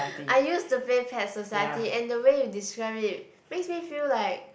I used to play Pet Society and the way you describe it makes me feel like